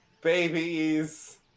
Babies